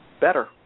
better